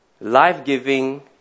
life-giving